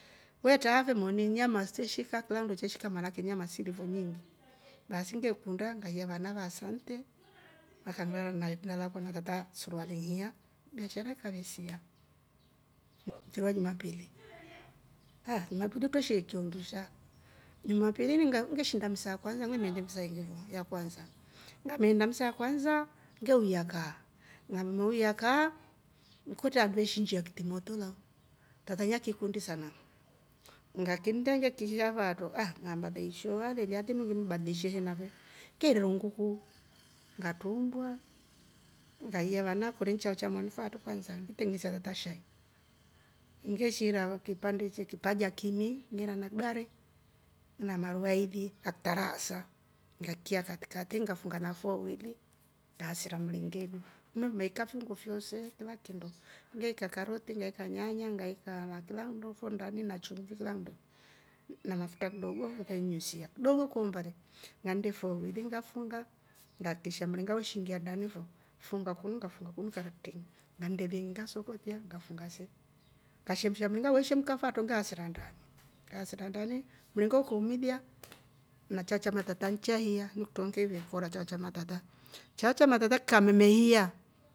We traa fo moni nyama yeshika. kila nndo che shika manake nyama silifo nyiingi baasi ngekunda ngaiya vana va ahsante vakanrara na irinda lakwa na tata suruvale ihiya biashara ikave sia. Mfiri wa jumapili aah jumapili twe sherekia undusha, jumapili nga ngeshiinda misaa akwa na ngameneende misa ingi fo yakwansa ngeuya kaa ngammeuya kaa kwetre handu we shinshia kitimoto lau tata anakikundi sana ngakimtengia kihiya faatro ng'aamba vensio valelya tengimbadilishie he nafe kera nnguku ngatrumbua ngaiya vana koreni chao cha mwanu kwansa ngi trengenesia tata shai, ngeshiira kipande- kipaja kimi ngeera na kidari na maru aili aktaraasa ngakiya katikati ngafunga nafo wawili baasi ngaasira mringeni mme meika fiungo fyoose kila kinndo ngeika karoti. ngeika nyaanya, ngaika kilando fo ndani na chumvi kila nndo na mafutra kidogo nganyunyusia kidogo kwa umbali ngannde foili ngafunga kaakikisha mringa weshiingia ndani fo funga kunu ngafunga kunu, ngandelie ngasoko ilya ngafunga se ngasemsha mringa we shemka faatro ngasira ndani, ngasira ndani mringa ukoomilya na chao cha matata chaiya nikutro ngevekora chao chama tata, chao chama tata kikammeme hiya